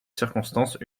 circonstances